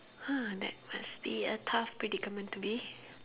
!huh! that must be a tough predicament to be